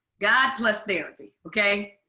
god plus therapy, ok?